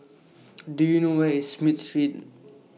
Do YOU know Where IS Smith Street